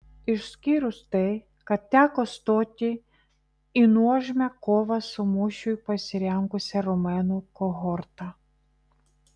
išskyrus tai kad teko stoti į nuožmią kovą su mūšiui pasirengusia romėnų kohorta